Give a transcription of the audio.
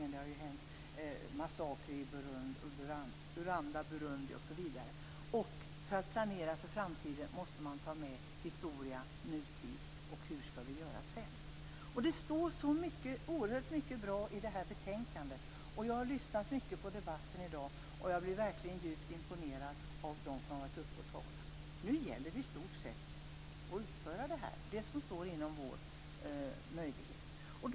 Det har skett massakrer i Rwanda och Burundi osv. För att planera för framtiden måste man ta med historia och nutid och fråga sig hur man skall göra sedan. Det står så oerhört mycket bra i betänkandet. Jag har lyssnat mycket på debatten i dag, och jag blir verkligen djupt imponerad av dem som har varit uppe i talarstolen och talat. Nu gäller det i stort sett att utföra det som står i vår makt.